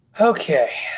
okay